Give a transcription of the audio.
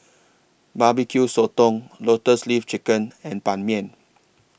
Barbecue Sotong Lotus Leaf Chicken and Ban Mian